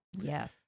Yes